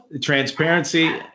Transparency